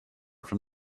from